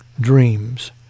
Dreams